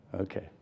Okay